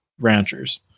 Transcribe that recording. ranchers